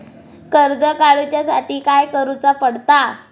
कर्ज काडूच्या साठी काय करुचा पडता?